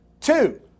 two